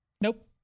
Nope